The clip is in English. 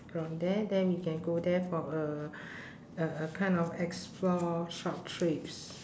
from there then we can go there for uh a a kind of explore short trips